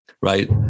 right